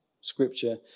scripture